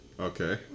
Okay